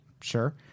Sure